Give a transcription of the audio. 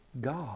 God